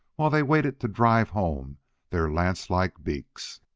while they waited to drive home their lance-like beaks.